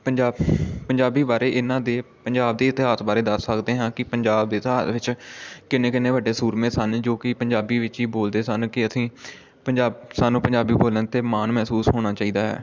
ਪੰਜਾਬ ਪੰਜਾਬੀ ਬਾਰੇ ਇਹਨਾਂ ਦੇ ਪੰਜਾਬ ਦੇ ਇਤਿਹਾਸ ਬਾਰੇ ਦੱਸ ਸਕਦੇ ਹਾਂ ਕਿ ਪੰਜਾਬ ਦੇ ਵਿੱਚ ਕਿੰਨੇ ਕਿੰਨੇ ਵੱਡੇ ਸੂਰਮੇ ਸਨ ਜੋ ਕਿ ਪੰਜਾਬੀ ਵਿੱਚ ਹੀ ਬੋਲਦੇ ਸਨ ਕਿ ਅਸੀਂ ਪੰਜਾਬ ਸਾਨੂੰ ਪੰਜਾਬੀ ਬੋਲਣ 'ਤੇ ਮਾਣ ਮਹਿਸੂਸ ਹੋਣਾ ਚਾਹੀਦਾ ਹੈ